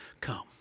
come